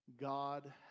God